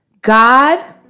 God